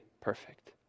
perfect